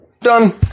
Done